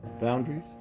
boundaries